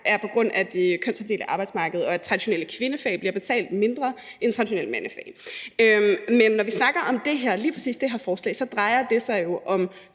er på grund af det kønsopdelte arbejdsmarked, og på grund af at de traditionelle kvindefag bliver betalt lavere end traditionelle mandefag. Men når vi snakker om lige præcis det her forslag, drejer det sig jo om